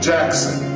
Jackson